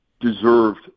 deserved